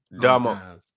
dama